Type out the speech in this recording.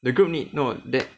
the group need no that